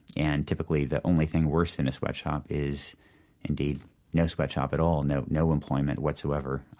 and typically, the only thing worse than a sweatshop is indeed no sweatshop at all, no no employment whatsoever.